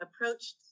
approached